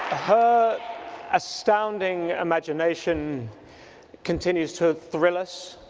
her astounding imagination continues to thrill us,